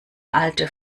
alte